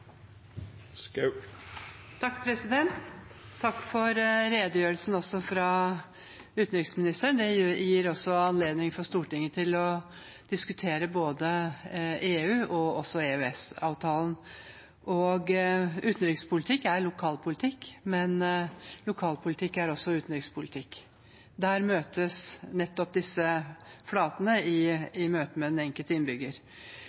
Takk for redegjørelsen fra utenriksministeren. Den gir Stortinget anledning til å diskutere både EU og EØS-avtalen. Utenrikspolitikk er lokalpolitikk, men lokalpolitikk er også utenrikspolitikk. Der møtes disse flatene, i møtet med den enkelte innbygger.